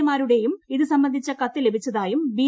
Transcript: എമാരുടെയും ഇത് സംബന്ധിച്ച കത്ത് ലഭിച്ചതായും ബി